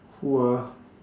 who ah